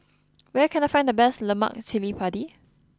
where can I find the best Lemak Cili Padi